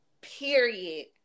Period